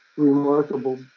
Remarkable